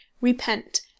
Repent